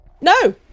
No